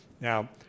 Now